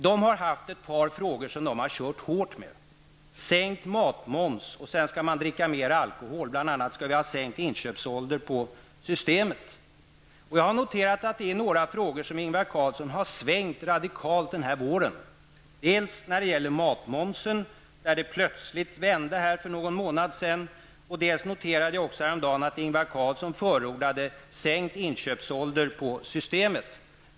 De har haft några frågor som de har kört hårt med. Det är sänkt matmoms och att man skall dricka mer alkohol -- bl.a. skall vi ha sänkt inköpsålder på Systemet. Jag har noterat att det är några frågor som Ingvar Carlsson under våren radikalt svängt i. Det är dels matmomsen -- plötsligt vände det för någon månad sedan --, dels inköpsåldern på Systemet -- jag noterade för någon månad sedan att Ingvar Carlsson förordade sänkt inköpsålder på Systemet.